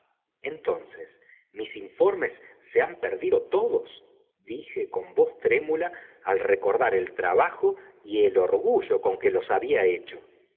entonces mis informes se han perdido todos dije con voz trémula al recordar el trabajo v el orgullo con que los habla hecho